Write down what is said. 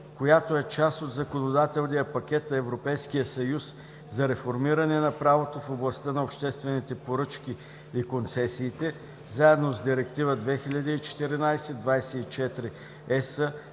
която е част от законодателния пакет на Европейския съюз за реформиране на правото в областта на обществените поръчки и концесиите (заедно с Директива 2014/24/ЕС